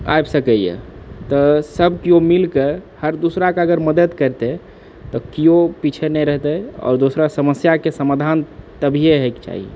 आबि सकैए तऽ सब केओ मिलिके हर दूसराके अगर मदद करितै तऽ केओ पीछे नहि रहतै आओर दूसरा समस्याके समाधान तभिए होएके चाही